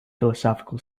philosophical